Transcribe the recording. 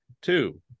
two